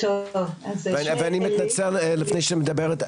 אני מתנצל לפני שאת מדברת,